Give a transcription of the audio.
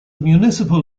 municipal